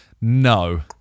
No